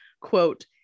quote